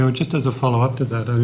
so just as a follow-up to that,